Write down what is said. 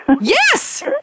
Yes